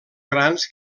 grans